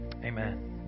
Amen